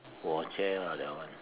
lah that one